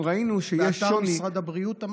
באתר משרד הבריאות?